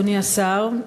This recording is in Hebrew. אדוני השר,